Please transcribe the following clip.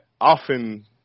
often